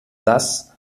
das